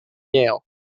yale